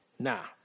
Now